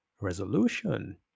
resolution